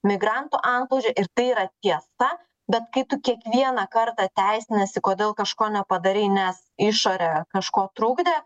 migrantų antplūdžio ir tai yra tiesa bet kai tu kiekvieną kartą teisiniesi kodėl kažko nepadarei nes išorė kažko trukdė